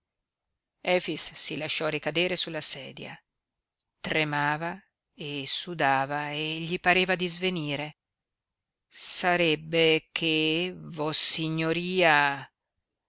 si lasciò ricadere sulla sedia tremava e sudava e gli pareva di svenire sarebbe che vossignoria